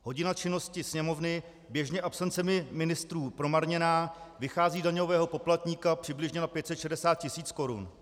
Hodina činnosti Sněmovny, běžně absencemi ministrů promarněná, vychází daňového poplatníka přibližně na 560 tisíc korun.